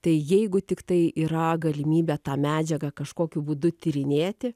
tai jeigu tiktai yra galimybė tą medžiagą kažkokiu būdu tyrinėti